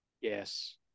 Yes